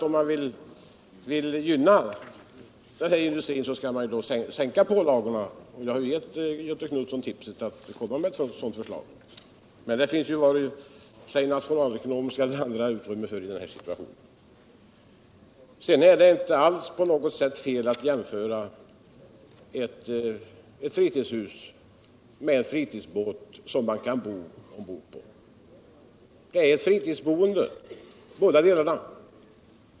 Om man vill gynna bilindustrin skall man naturligtvis minska pålagorna på bilismen, och jag har givit Göthe Knutson upset att komma med et sådant förslag, men det finns väl varken nationalekonomiskt eller på annat sätt utrymme för att förverkliga ett sådant förslag i den nuvarande situationen. Det är inte på något sätt fel att jämföra eu fritidshus med en fritidsbåt som man kan bo ombord på. Det är fritidsboende båda delarna.